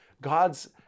God's